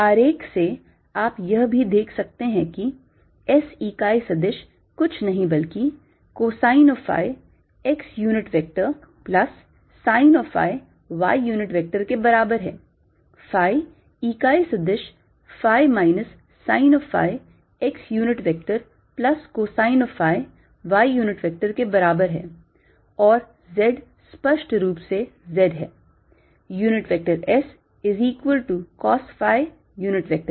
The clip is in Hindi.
आरेख से आप यह भी देख सकते हैं कि S इकाई सदिश कुछ नहीं बल्कि cosine of phi x unit vector plus sine of phi y unit vector के बराबर है phi इकाई सदिश phi minus sine of phi x unit vector plus cosine of phi y unit vector के बराबर है और z स्पष्ट रूप से z है